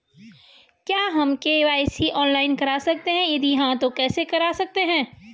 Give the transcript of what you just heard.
क्या हम KYC online करा सकते हैं यदि हाँ तो कैसे करा सकते हैं?